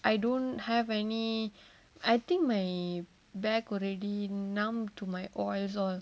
I don't have any I think my back already numb to my